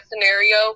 scenario